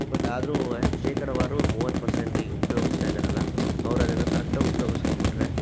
but ಆದ್ರೂ ಶೇಕಡವಾರು ಮೂವತ್ತು ಪರ್ಸೆಂಟ್ ಈಗ ಉಪಯೋಗಿಸ್ತಾಯಿದ್ದಾರಲ್ಲ ಅವರು ಅದನ್ನು ಕರೆಕ್ಟ್ ಆಗಿ ಉಪಯೋಗಿಸ್ಕೊಂಡ್ಬಿಟ್ರೆ